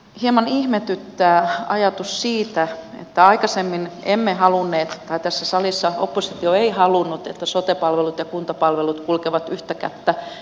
hieman ihmetyttää ajatus siitä että aikaisemmin emme halunneet tai tässä salissa oppositio ei halunnut että sote palvelut ja kuntapalvelut kulkevat yhtä kättä